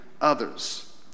others